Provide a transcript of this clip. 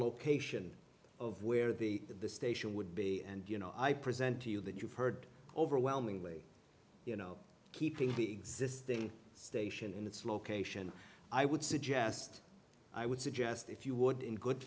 location of where the the station would be and i present to you that you've heard overwhelmingly you know keeping the existing station in its location i would suggest i would suggest if you would in good